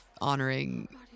honoring